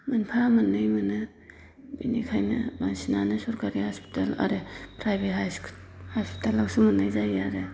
मोनफा मोननै मोनो बेनिखायनो बांसिनानो सोरखारि हस्पिटाल आरो फ्राइभेट हस्पिटालआवसो मोननाय जायो आरो